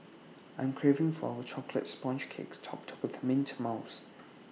I'm craving for A Chocolate Sponge Cake Topped with Mint Mousse